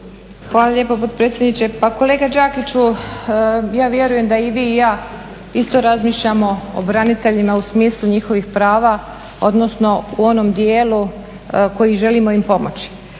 Hvala lijepo potpredsjedniče. Pa kolega Đakiću ja vjerujem da i vi i ja isto razmišljamo o braniteljima o smislu njihovih prava odnosno u onom dijelu u kojim im želimo pomoći.